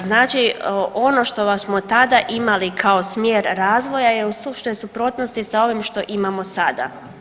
Znači ono što smo tada imali kao smjer razvoja je u suštoj suprotnosti s ovim što imamo sada.